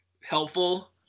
helpful